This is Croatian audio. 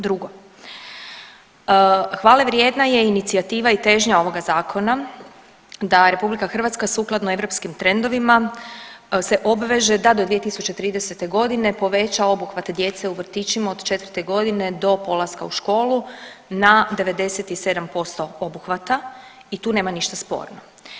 Drugo, hvalevrijedna je inicijativa i težnja ovoga zakona da RH sukladno europskim trendovima se obveže da do 2030.g. poveća obuhvat djece u vrtićima od četvrte godine do polaska u školu na 97% obuhvata i tu nema ništa sporno.